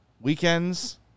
weekends